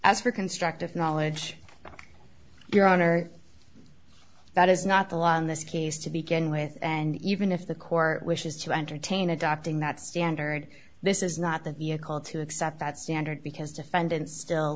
for constructive knowledge your honor that is not the law in this case to be ken with and even if the court wishes to entertain adopting that standard this is not the vehicle to accept that standard because defendant still